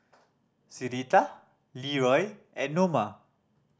Syreeta Leeroy and Noma